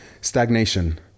Stagnation